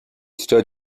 stood